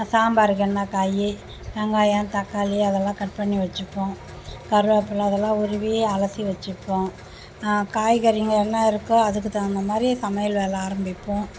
சாம்பாருக்கு என்ன காய் வெங்காயம் தக்காளி அதெலாம் கட் பண்ணி வச்சுப்போம் கருவேப்பில அதெலாம் உருவி அலசி வச்சுப்போம் காய்கறிங்க என்ன இருக்கோ அதுக்கு தகுந்த மாதிரி சமையல் வேலை ஆரம்பிப்போம்